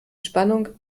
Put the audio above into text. spannung